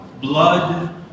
blood